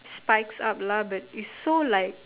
spikes up lah but it's so like